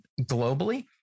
globally